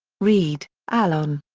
reid, alan.